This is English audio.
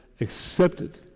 accepted